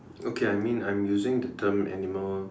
okay I mean I'm using the term animal